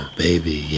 baby